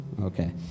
Okay